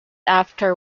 after